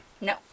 No